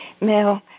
Mel